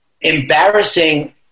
embarrassing